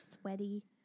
sweaty